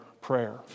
prayer